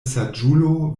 saĝulo